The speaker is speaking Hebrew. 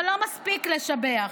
אבל לא מספיק לשבח,